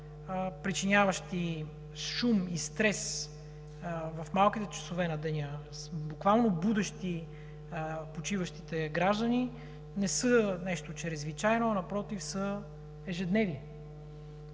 причиняващи шум и стрес в малките часове на деня, буквално будещи почиващите граждани, не са нещо чрезвичайно, а напротив са ежедневие.